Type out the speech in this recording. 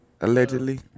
Allegedly